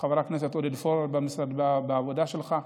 חבר הכנסת עודד פורר עושה עבודה יפה,